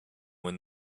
when